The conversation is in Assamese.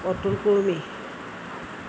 অতুল কূৰমী